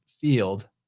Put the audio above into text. field